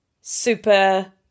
super